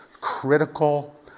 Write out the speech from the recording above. critical